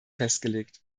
festgelegt